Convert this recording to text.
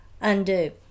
undo